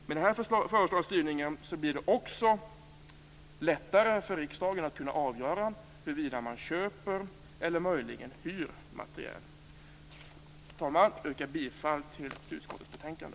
Med den föreslagna styrningen blir det också lättare för riksdagen att avgöra huruvida man skall köpa eller möjligen hyra materiel. Fru talman! Jag yrkar bifall till hemställan i utskottets betänkande.